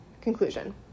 Conclusion